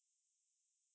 err